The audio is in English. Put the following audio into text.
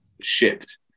shipped